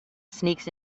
sneaks